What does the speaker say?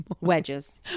Wedges